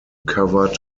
covered